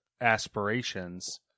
aspirations